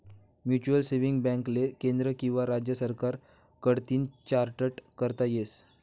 mutual saving बॅकले केंद्र किंवा राज्य सरकार कडतीन चार्टट करता येस